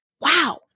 Wow